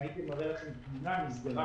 אם הייתי מראה לכם תמונה, נסגרה